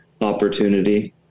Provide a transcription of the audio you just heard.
opportunity